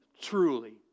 truly